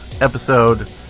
episode